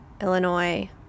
Illinois